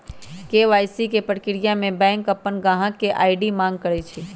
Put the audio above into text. KYC के परक्रिया में बैंक अपन गाहक से आई.डी मांग करई छई